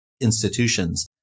institutions